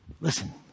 Listen